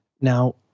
Now